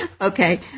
Okay